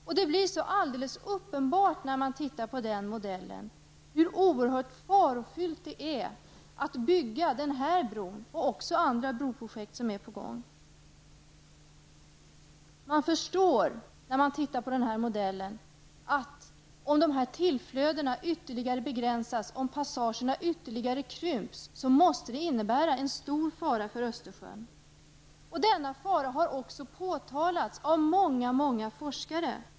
När man tittar på denna modell blir det alldeles uppenbart hur oerhört farofyllt det är att bygga den här bron och att också genomföra andra broprojekt som är på gång. Man förstår också att om tillflödena ytterligare begränsas, om passagerna ytterligare krymps måste det innebära en stor fara för Östersjön. Denna fara har också påtalats av många forskare.